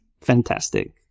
fantastic